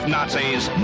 Nazis